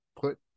put